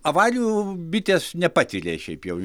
avarijų bitės nepatiria šiaip jau